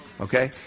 Okay